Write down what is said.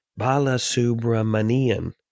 Balasubramanian